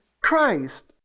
Christ